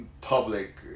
public